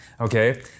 Okay